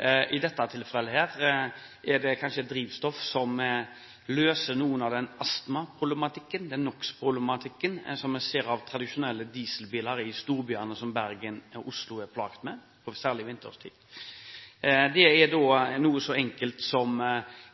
I dette tilfellet er det kanskje et drivstoff som kunne løse noe av den astmaproblematikken, den NOx-problematikken som en ser fra tradisjonelle dieselbiler, og som storbyer som Bergen og Oslo er plaget av, særlig vinterstid. Det er da noe så enkelt som